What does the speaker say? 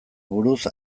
buruz